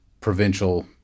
provincial